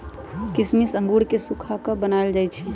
किशमिश अंगूर के सुखा कऽ बनाएल जाइ छइ